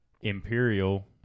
Imperial